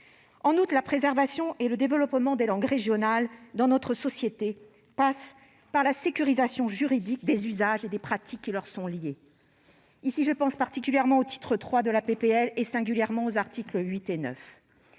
En outre, la préservation et le développement des langues régionales dans notre société passent par la sécurisation juridique des usages et des pratiques qui leur sont liés. Je pense particulièrement au titre III de la proposition de loi, singulièrement à ses articles 8 et 9.